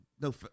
no